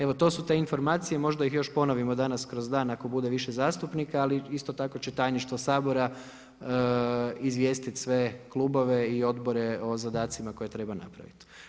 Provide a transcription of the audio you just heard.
Evo to su te informacije, možda ih još ponovimo danas kroz dan ako bude više zastupnika, ali isto tako će tajništvo Sabora izvijestiti sve klubove i odbore o zadacima koje treba napraviti.